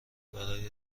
برای